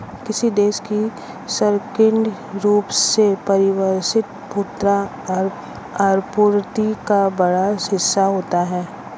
किसी देश की संकीर्ण रूप से परिभाषित मुद्रा आपूर्ति का बड़ा हिस्सा होता है